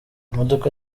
imodoka